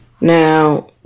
Now